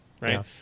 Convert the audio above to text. right